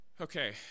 Okay